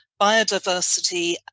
biodiversity